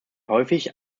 häufig